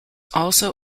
also